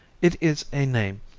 it is a name,